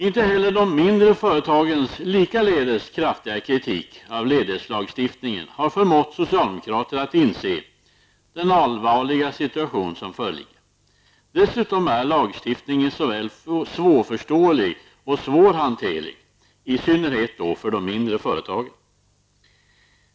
Inte heller de mindre företagens likaledes kraftiga kritik av ledighetslagstiftningen har förmått socialdemokraterna att inse den allvarliga situation som föreligger. Dessutom är lagstiftningen såväl svårförståelig som svårhanterlig -- i synnerhet för de mindre företagen.